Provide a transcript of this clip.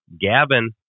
Gavin